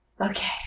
Okay